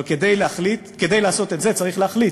אבל כדי לעשות את זה צריך להחליט,